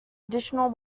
additional